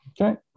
Okay